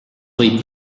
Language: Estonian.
võib